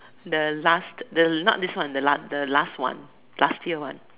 the last the not this one the last the last one the last year one